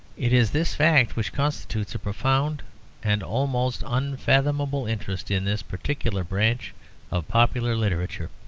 it is this fact which constitutes a profound and almost unfathomable interest in this particular branch of popular literature.